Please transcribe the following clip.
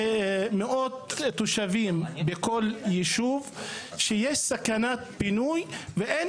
זה מאות תושבים בכל יישוב, שיש סכנת פינוי ואין